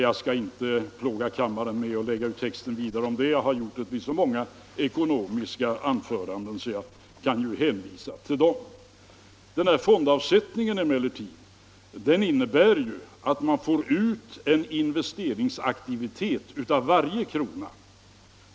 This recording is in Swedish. Jag skall inte plåga kammarens ledamöter med att lägga ut texten om det ytterligare; det har jag gjort i många tidigare anföranden i ekonomiska frågor, och jag kan hänvisa till vad jag då sagt. Fondavsättningarna innebär emellertid att man får ut en investeringsaktivitet av varje krona.